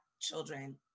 children